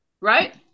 right